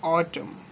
Autumn